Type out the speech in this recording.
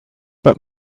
but